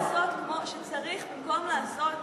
מה שאני אומרת זה לעשות כמו שצריך במקום לעשות ככה,